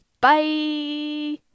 Bye